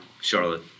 Charlotte